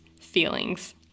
feelings